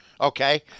Okay